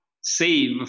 save